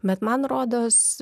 bet man rodos